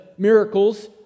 Miracles